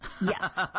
Yes